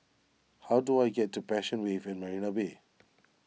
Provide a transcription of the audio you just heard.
how do I get to Passion Wave at Marina Bay